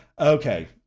Okay